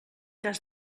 cas